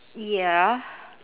ya